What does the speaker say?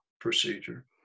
procedure